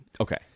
Okay